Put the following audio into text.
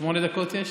שמונה דקות.